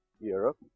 Europe